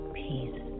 peace